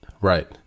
Right